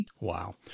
Wow